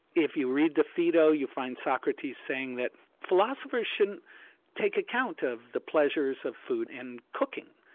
if you read the phaedo you find socrates saying that philosophers shouldn't take account of the pleasures of food and cooking.